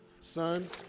Son